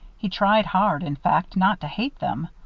he tried hard, in fact, not to hate them.